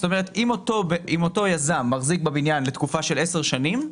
אם אותו יזם מחזיק בבניין לתקופה של 10 שנים,